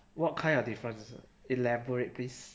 what kind of difference elaborate please